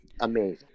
Amazing